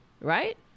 right